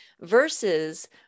versus